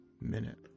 minute